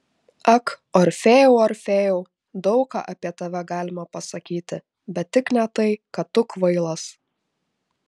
ak orfėjau orfėjau daug ką apie tave galima pasakyti bet tik ne tai kad tu kvailas